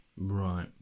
right